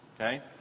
okay